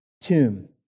tomb